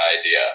idea